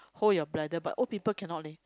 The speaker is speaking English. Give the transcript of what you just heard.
hold your bladder but old people cannot leh